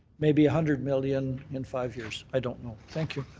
maybe a hundred million in five years. i don't know. thank you.